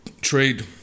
trade